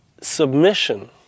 submission